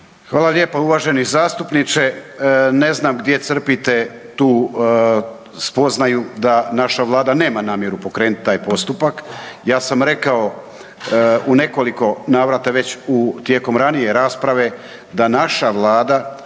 Hvala lijepo. Uvaženi zastupniče ne znam gdje crpite tu spoznaju da naša Vlada nema namjeru pokrenuti taj postupak. Ja sam rekao u nekoliko navrata već tijekom ranije rasprave da naša Vlada,